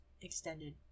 extended